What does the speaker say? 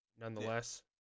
nonetheless